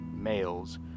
males